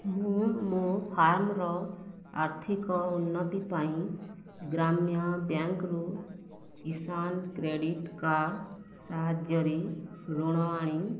ମୋ ଫାର୍ମର ଆର୍ଥିକ ଉନ୍ନତି ପାଇଁ ଗ୍ରାମ୍ୟ ବ୍ୟାଙ୍କରୁ କିସାନ କ୍ରେଡ଼ିଟ୍ କାର୍ଡ଼ ସାହାଯ୍ୟରେ ଋଣ ଆଣି